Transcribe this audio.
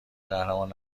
قهرمان